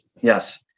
Yes